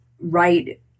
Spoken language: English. right